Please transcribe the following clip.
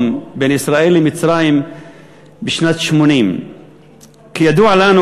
בין ישראל למצרים בשנת 1980. כידוע לנו,